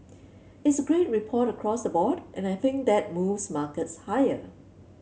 it's a great report across the board and I think that moves markets higher